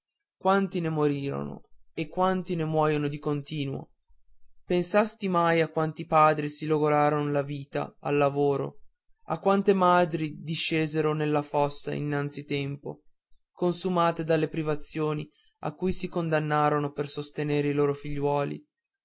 quanti ne morirono e quanti ne muoiono di continuo pensasti mai a quanti padri si logoraron la vita al lavoro a quante madri discesero nella fossa innanzi tempo consumate dalle privazioni a cui si condannarono per sostentare i loro figliuoli